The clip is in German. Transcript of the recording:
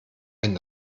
wenn